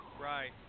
Right